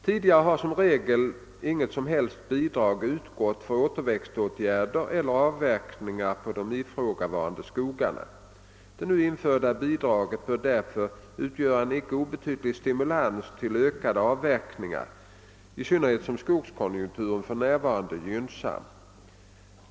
Tidigare har som regel inget som helst bidrag utgått för återväxtåtgärder efter avverkningar på de ifrågavarande skogarna. Det nu införda bidraget bör därför utgöra en inte obetydlig stimulans till ökade avverkningar, i synnerhet som skogskonjunkturen för närvarande är gynnsam.